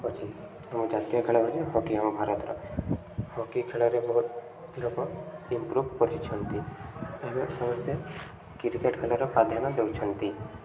ଅଛି ଆମ ଜାତୀୟ ଖେଳ ହେଉଛି ହକି ଆମ ଭାରତର ହକି ଖେଳରେ ବହୁତ ଲୋକ ଇମ୍ପ୍ରୁଭ୍ କରିଛନ୍ତି ଏବେ ସମସ୍ତେ କ୍ରିକେଟ୍ ଖେଳର ପ୍ରଧାନ୍ୟ ଦେଉଛନ୍ତି